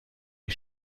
les